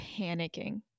panicking